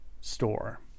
store